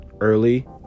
early